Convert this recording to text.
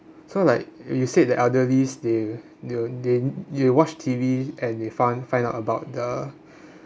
so like you said the elderlies they they'll they'd they'll watch T_V and they fin~ find out about the